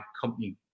company